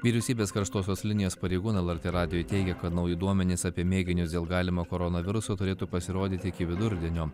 vyriausybės karštosios linijos pareigūnai vartė radijui teigė kad nauji duomenys apie mėginius dėl galimo koronaviruso turėtų pasirodyti iki vidurdienio